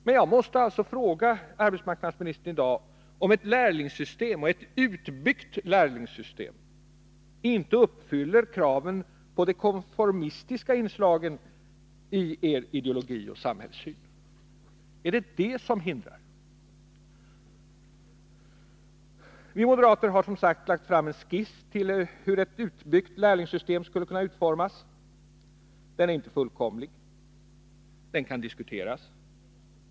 Men jag måste alltså fråga arbetsmarknadsministern om ett lärlingssystem — och ett utbyggt sådant — inte uppfyller kraven på de konformistiska inslgen i er ideologi och samhällssyn? Är det detta som lägger hinder i vägen? Vi moderater har, som sagt, lagt fram en skiss till hur ett utbyggt lärlingssystem skulle kunna utformas. Den är inte fullkomlig. Den kan diskuteras.